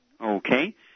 Okay